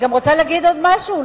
אני גם רוצה להגיד עוד משהו.